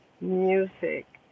music